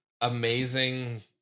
amazing